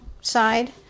side